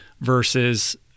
versus